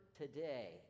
today